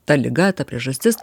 ta liga ta priežastis